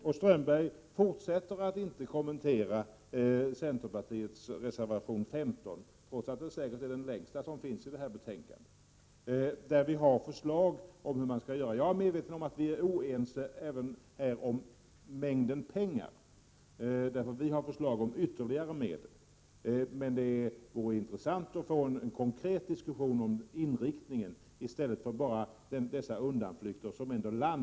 Håkan Strömberg kommenterade fortfarande inte centerpartiets reservation 15, trots att den säkert är den längsta reservationen till det här betänkandet. Där föreslår vi hur vi skall agera. Jag är medveten om att vi är oense i fråga om mängden pengar. Vi föreslår ytterligare medel. Det vore intressant att få en konkret diskussion om inriktningen i stället för dessa undanflykter.